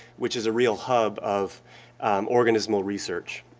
which is a real hub of organismal research.